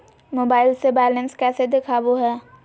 Mobile से balance कैसे देखाबो है?